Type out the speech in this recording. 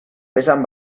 pesan